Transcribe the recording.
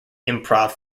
improv